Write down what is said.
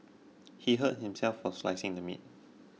he hurt himself while slicing the meat